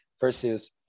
versus